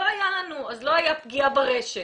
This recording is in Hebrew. לא הייתה פגיעה ברשת.